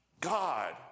God